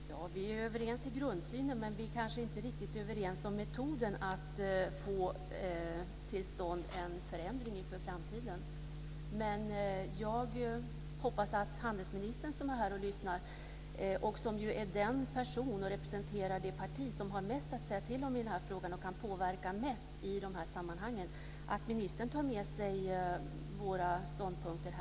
Herr talman! Vi är överens i grundsynen, men vi kanske inte är riktigt överens om metoden att få till stånd en förändring inför framtiden. Jag hoppas att handelsministern, som är här och lyssnar, och som är den person som representerar det parti som har mest att säga till om i den här frågan och kan påverka mest i de här sammanhangen, tar med sig våra ståndpunkter.